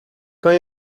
kan